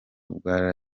bwa